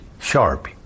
sharp